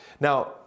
Now